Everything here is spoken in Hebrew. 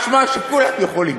משמע שכולם יכולים.